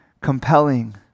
compelling